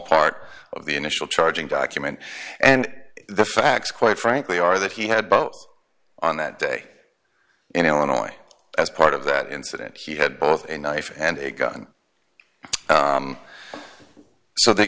part of the initial charging document and the facts quite frankly are that he had both on that day in illinois as part of that incident he had both a knife and a gun so they